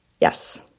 Yes